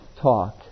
talk